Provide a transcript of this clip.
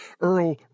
Earl